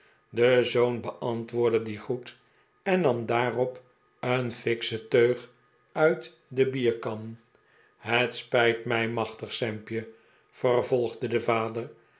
de zoon beantwoordde dien groet en nam daarop een fiksche teug uit de bierkan het spijt mij machtig sampje vervolgde de vader